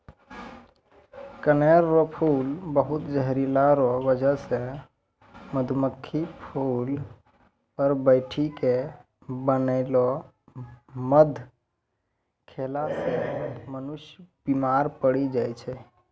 कनेर रो फूल बहुत जहरीला रो बजह से मधुमक्खी फूल पर बैठी के बनैलो मध खेला से मनुष्य बिमार पड़ी जाय छै